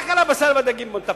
רק בבשר ובדגים בוא נטפל.